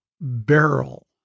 barrel